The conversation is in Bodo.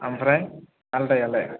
ओमफ्राय आलादायालाय